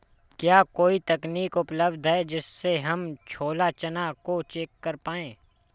क्या कोई तकनीक उपलब्ध है जिससे हम छोला चना को चेक कर पाए?